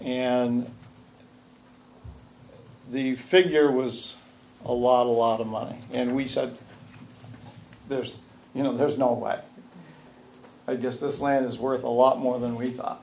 and the figure was a lot a lot of money and we said there's you know there's no way i just this land is worth a lot more than we thought